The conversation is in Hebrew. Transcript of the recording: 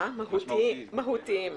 מהותיים.